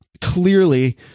clearly